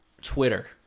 Twitter